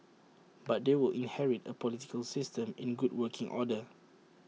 but they will inherit A political system in good working order